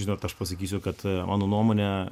žinot aš pasakysiu kad mano nuomone